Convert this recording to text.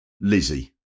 Lizzie